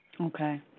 Okay